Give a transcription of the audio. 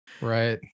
Right